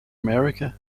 america